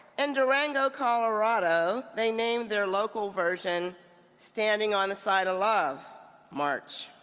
in durango, colorado, they named their local version standing on the side of love march